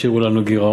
השאירו לנו גירעון,